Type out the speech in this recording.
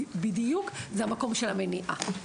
בדיוק זה המקום של המניעה.